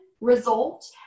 result